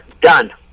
Done